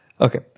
Okay